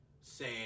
say